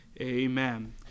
Amen